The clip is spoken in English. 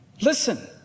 Listen